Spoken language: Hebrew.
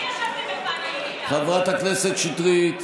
חברת הכנסת שטרית,